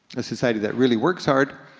a society that really works hard,